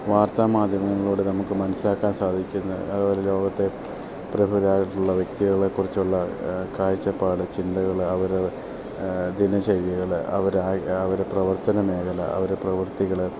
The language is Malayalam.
വാർത്താ മാധ്യമങ്ങളിലൂടെ നമുക്ക് മനസ്സിലാക്കാൻ സാധിക്കുന്നത് അതുപോലെ ലോകത്തെ പ്രമുഖരായിട്ടുള്ള വ്യക്തികളെക്കുറിച്ചുള്ള കാഴ്ചപ്പാട് ചിന്തകൾ അവർ ദിനശൈലികൾ അവരെ അവരെ പ്രവർത്തന മേഖല അവർ പ്രവൃത്തികൾ